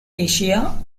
asia